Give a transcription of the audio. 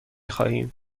خواهیم